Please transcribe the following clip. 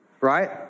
Right